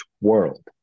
world